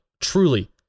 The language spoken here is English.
truly